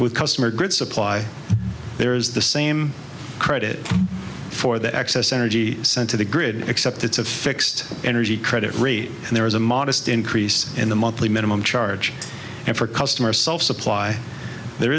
with customer good supply there is the same credit for the excess energy sent to the grid except it's a fixed energy credit rate and there is a modest increase in the monthly minimum charge and for customer self supply there